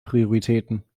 prioritäten